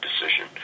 decision